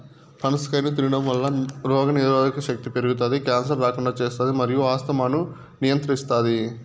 పనస కాయను తినడంవల్ల రోగనిరోధక శక్తి పెరుగుతాది, క్యాన్సర్ రాకుండా చేస్తాది మరియు ఆస్తమాను నియంత్రిస్తాది